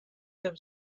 the